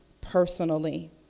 personally